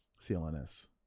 CLNS